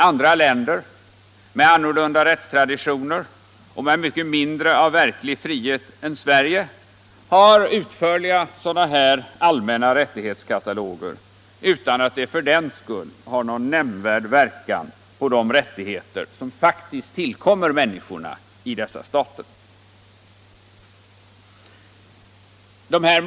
Andra länder med annorlunda rättstraditioner och med mycket mindre av verklig frihet än Sverige har mycket utförliga sådana rättighetskataloger utan att de för den skull har någon nämnvärd verkan på de rättigheter som faktiskt tillkommer människorna i dessa stater.